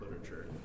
literature